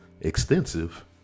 extensive